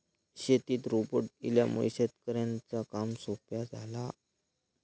शेतीत रोबोट इल्यामुळे शेतकऱ्यांचा काम सोप्या झाला